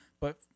But-